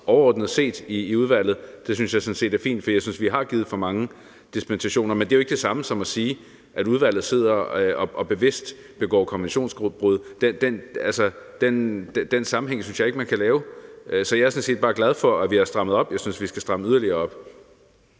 overordnet set i udvalget, synes jeg sådan set er fint, for jeg synes, vi har givet for mange dispensationer. Men det er jo ikke det samme som at sige, at udvalget sidder og bevidst begår konventionsbrud. Den sammenhæng synes jeg ikke man kan lave. Så jeg er sådan set bare glad for, at vi har strammet op. Jeg synes, vi skal stramme yderligere op.